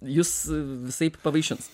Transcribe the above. jus visaip pavaišins